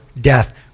death